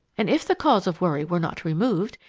and if the cause of worry were not removed,